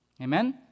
Amen